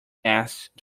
asked